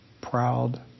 proud